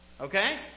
Okay